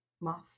moth